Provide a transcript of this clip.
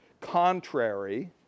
contrary